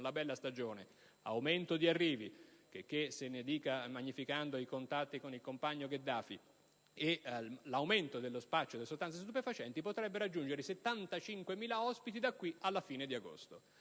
la bella stagione, con l'aumento degli arrivi (checché se ne dica magnificando i contatti con il compagno Gheddafi) e con l'aumento dello spaccio di sostanze stupefacenti, potrebbe raggiungere i 75.000 ospiti da qui alla fine di agosto.